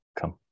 come